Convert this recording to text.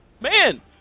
man